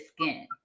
skin